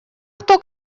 кто